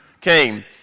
came